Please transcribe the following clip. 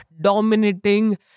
dominating